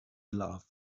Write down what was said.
love